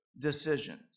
decisions